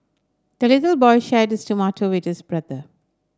the little boy shared his tomato with his brother